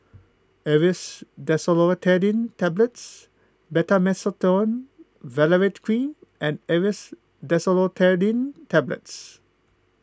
Aerius DesloratadineTablets Betamethasone Valerate Cream and Aerius Desloratadine Tablets